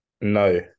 No